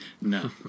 No